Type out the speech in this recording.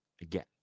Again